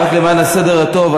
למען הסדר הטוב,